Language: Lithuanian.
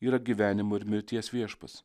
yra gyvenimo ir mirties viešpats